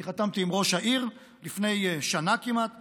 אני חתמתי עם ראש העיר לפני כמעט שנה,